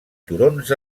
turons